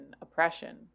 oppression